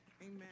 Amen